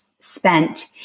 spent